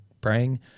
praying